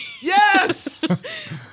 Yes